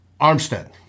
Armstead